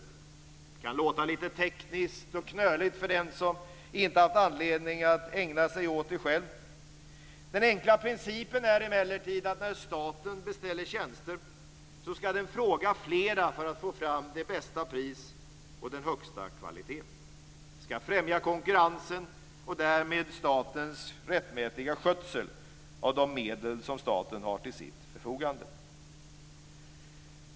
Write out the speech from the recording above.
Det kan låta lite tekniskt och knöligt för den som inte har haft anledning att ägna sig åt det själv. Den enkla principen är emellertid att staten, när den beställer tjänster, ska fråga flera för att få fram det bästa priset och den högsta kvaliteten. Det ska främja konkurrensen och därmed statens rättmätiga skötsel av de medel som staten har till sitt förfogande.